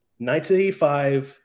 1985